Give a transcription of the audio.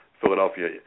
Philadelphia